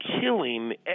killing